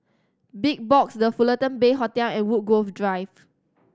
Big Box The Fullerton Bay Hotel and Woodgrove Drive